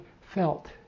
felt